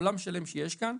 עולם שלם שיש כאן.